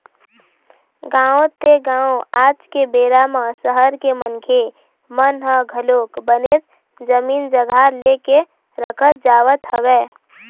गाँव ते गाँव आज के बेरा म सहर के मनखे मन ह घलोक बनेच जमीन जघा ले के रखत जावत हवय